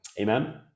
Amen